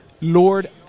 Lord